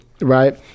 right